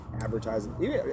advertising